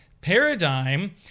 paradigm